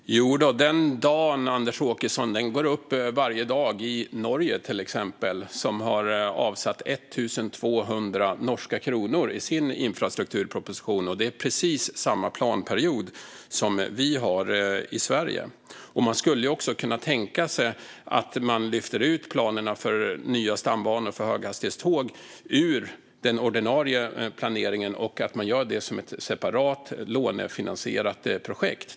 Fru talman! Jodå, den solen, Anders Åkesson, går upp varje dag i Norge, till exempel. Där har man avsatt 1 200 miljarder norska kronor i sin infrastrukturproposition. Och det är precis samma planperiod som vi har i Sverige. Man skulle också kunna tänka sig att man lyfter ut planerna för nya stambanor för höghastighetståg ur den ordinarie planeringen och gör detta som ett separat lånefinansierat projekt.